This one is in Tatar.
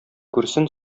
күрсен